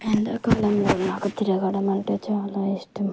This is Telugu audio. ఎండాకాలంలో నాకు తిరగడం అంటే చాలా ఇష్టం